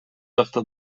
жакта